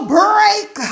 break